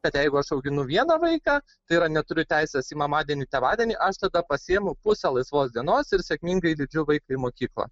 bet jeigu aš auginu vieną vaiką tai yra neturiu teisės į mamadienį tėvadienį aš tada pasiimu pusę laisvos dienos ir sėkmingai lydžiu vaiką mokyklą